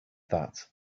that